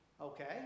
Okay